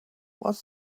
was